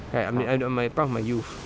eh I'm at I'm at my prime of my youth